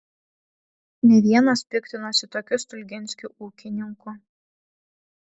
ne vienas piktinosi tokiu stulginskiu ūkininku